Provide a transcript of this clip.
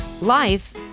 Life